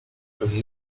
comme